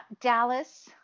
Dallas